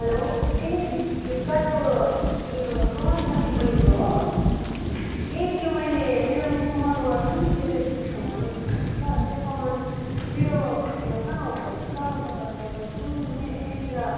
हलो ए फ्लिप फ्लिपकार्टको उयो रोहन साथी बोलेको हो ए त्यो मैले मेरोमा यो सामान मगाएको छु नि त्यो मेरो ठिक ठाउँमा ल्याइदिनुहोस् ल त्यो सामान मेरो ठाउँ कहाँ हो भन्नुहोस् त म तपाईँलाई बताउँछु मे यहाँनिर